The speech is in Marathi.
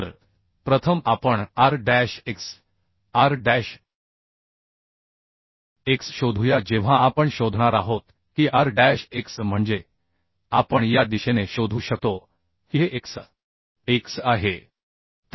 तर प्रथम आपण R dash X R dash X शोधूया जेव्हा आपण शोधणार आहोत की R डॅश X म्हणजे आपण या दिशेने शोधू शकतो की हे X X आहे